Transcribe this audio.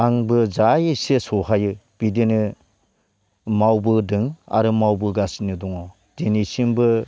आंबो जा एसे सहायो बिदिनो मावबोदों आरो मावबोगासिनो दङ दिनैसिमबो